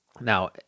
Now